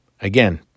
Again